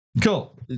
Cool